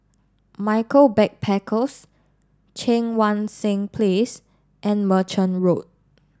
Michaels Backpackers Cheang Wan Seng Place and Merchant Road